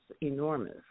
enormous